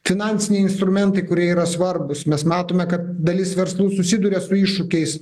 finansiniai instrumentai kurie yra svarbūs mes matome kad dalis verslų susiduria su iššūkiais